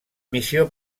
missió